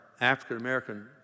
African-American